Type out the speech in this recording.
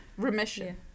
remission